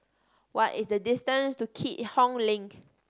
what is the distance to Keat Hong Link